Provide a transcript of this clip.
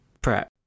prep